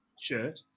shirt